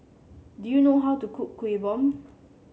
do you know how to cook Kuih Bom